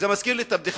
זה מזכיר לי את הבדיחה,